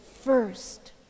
first